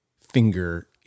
finger